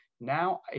Now